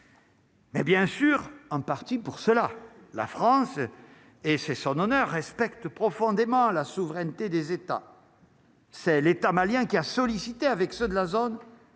Et bien sûr en partie pour cela, la France et c'est son honneur respecte profondément la souveraineté des États, c'est l'État malien qui a sollicité avec ceux de la zone,